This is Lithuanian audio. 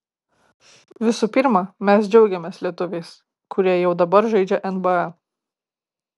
visų pirma mes džiaugiamės lietuviais kurie jau dabar žaidžia nba